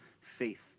faith